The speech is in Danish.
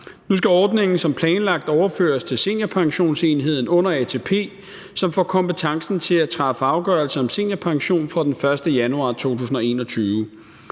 Nu skal ordningen som planlagt overføres til Seniorpensionsenheden under ATP, som får kompetencen til at træffe afgørelse om seniorpension fra den 1. januar 2021.